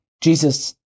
Jesus